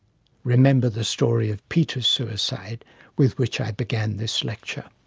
remember the story of peter's suicide with which i began this lecture.